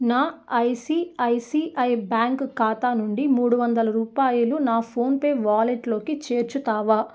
నా ICICI bank ఖాతా నుండి మూడు వందల రూపాయలు నా ఫోన్పే వాలెట్లోకి చేర్చుతావ